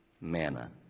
manna